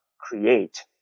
create